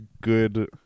good